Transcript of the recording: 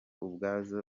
ubwazo